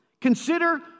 Consider